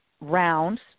rounds